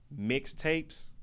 mixtapes